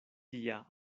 tia